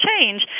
change